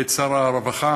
את שר הרווחה,